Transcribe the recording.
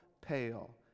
pale